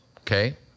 okay